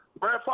Brad